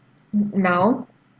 mm now